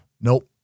nope